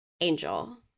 angel